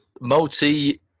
Multi